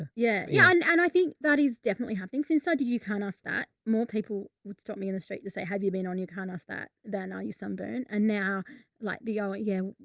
ah yeah yeah and and i think that is definitely happening since i did. you you can't ask that. more people would stop me in the street to say, have you been on? you can't ask that then are you sunburn? and now like the, oh yeah.